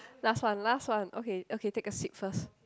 last one last one okay okay take a sip first